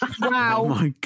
wow